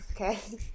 Okay